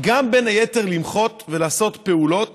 בין היתר, הוא למחות ולעשות פעולות